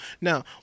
now